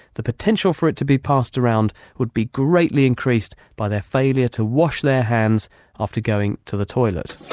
the potential for it to be passed around would be greatly increased by their failure to wash their hands after going to the toilet.